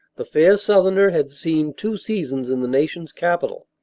the fair southerner had seen two seasons in the nation's capital.